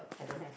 I don't have